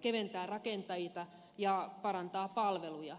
keventää rakenteita ja parantaa palveluja